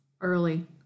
Early